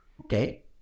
Okay